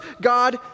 God